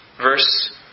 verse